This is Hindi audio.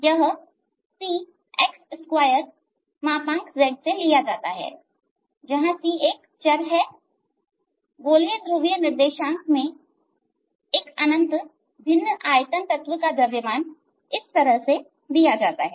यह Cx2z से लिया जाता है जहां C एक चर है गोलिय ध्रुवीय निर्देशांक में एक अनंत भिन्न आयतन तत्व का द्रव्यमान इस तरह से दिया जाता है